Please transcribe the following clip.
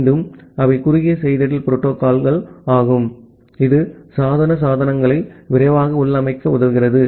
மீண்டும் அவை குறுகிய செய்தியிடல் புரோட்டோகால்யாகும் இது சாதன சாதனங்களை விரைவாக உள்ளமைக்க உதவுகிறது